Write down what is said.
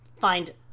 find